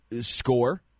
score